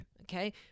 Okay